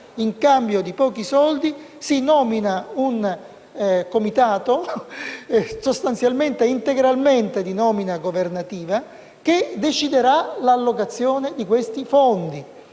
in cambio di pochi soldi si nomina un comitato, che sostanzialmente è per intero di nomina governativa, che deciderà l'allocazione dei fondi.